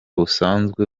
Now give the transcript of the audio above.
busanzwe